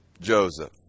Joseph